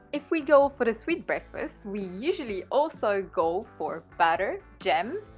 if we go for the sweet breakfast we usually also go for butter jam,